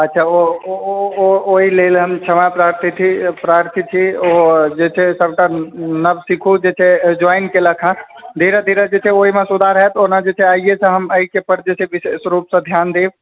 अच्छा ओ ओ ओ ओहि लेल हम क्षमाप्रार्थी छी ओ जे छै सबटा नवसिखु जे छै ज्वाइन केलक हँ धीरे धीरे ओहिमे जे छै से सुधार होनाके चाही एहिसँ हम एहिपर जे छै से विशेष रूपसे ध्यान देब